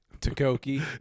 Takoki